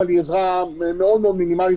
אבל היא מאוד מאוד מינימלית.